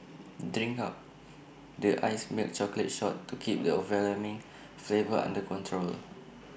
drink up the iced milk chocolate shot to keep the overwhelming flavour under control